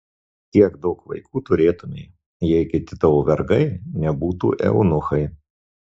kiek daug vaikų turėtumei jei kiti tavo vergai nebūtų eunuchai